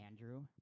Andrew